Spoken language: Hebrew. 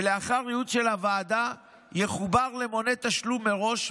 ולאחר דיון של הוועדה יחובר למונה תשלום מראש,